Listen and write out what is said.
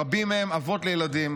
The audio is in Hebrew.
רבים מהם אבות לילדים.